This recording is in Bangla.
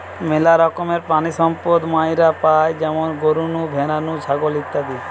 মেলা রকমের প্রাণিসম্পদ মাইরা পাই যেমন গরু নু, ভ্যাড়া নু, ছাগল ইত্যাদি